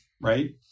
right